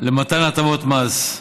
למתן הטבות מס.